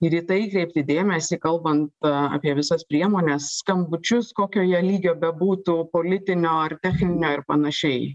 ir į tai kreipti dėmesį kalbant apie visas priemones skambučius kokio jie lygio bebūtų politinio ar techninio ir panašiai